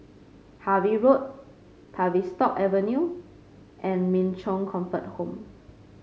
Harvey Road Tavistock Avenue and Min Chong Comfort Home